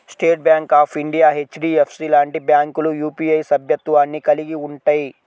state Bank of India, HDFC లాంటి బ్యాంకులు UPI సభ్యత్వాన్ని కలిగి ఉంటయ్యి